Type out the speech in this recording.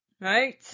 Right